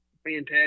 fantastic